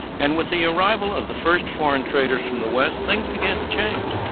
and with the arrival of the first foreign traders from the west, things began to change.